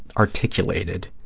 articulated.